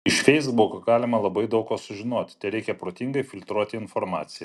iš feisbuko galima labai daug ko sužinoti tereikia protingai filtruoti informaciją